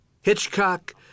Hitchcock